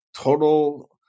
total